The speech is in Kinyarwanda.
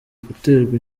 guterwa